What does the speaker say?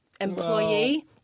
employee